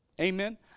Amen